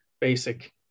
basic